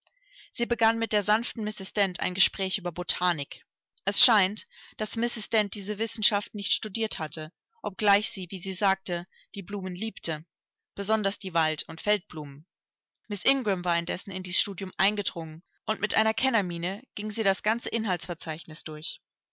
sie begann mit der sanften mrs dent ein gespräch über botanik es scheint daß mrs dent diese wissenschaft nicht studiert hatte obgleich sie wie sie sagte die blumen liebte besonders die wald und feldblumen miß ingram war indessen in dies studium eingedrungen und mit einer kennermiene ging sie das ganze inhaltsverzeichnis durch